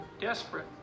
desperate